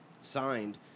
signed